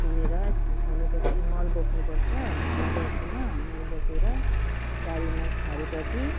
खनेर खोने पछि मल बोक्नुपर्छ मल डोकोमा मल बोकेर बारीमा छरे पछि